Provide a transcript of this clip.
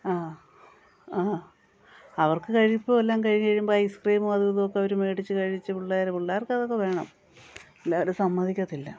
ആ ആ അവർക്ക് കഴിപ്പ് എല്ലാം കഴിഞ്ഞു കഴിയുമ്പോൾ ഐസ് ക്രീമും അതും ഇതുവൊക്കെ അവർ മേടിച്ച് കഴിച്ച് പിള്ളേർ പിള്ളേർക്കതക്കെ വേണം അല്ലെ അവർ സമ്മതിക്കത്തില്ല